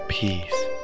Peace